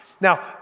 Now